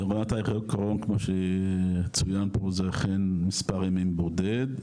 מה שצוין פה זה אכן מספר ימים בודד,